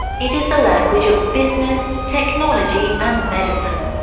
it is the language of business, technology and medicine,